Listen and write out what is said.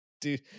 Dude